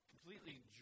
Completely